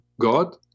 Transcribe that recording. God